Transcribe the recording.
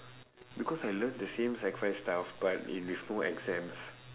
because I learn the same sec five stuff but in with more exams